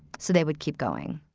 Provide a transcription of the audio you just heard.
so they would keep going.